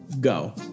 Go